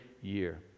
year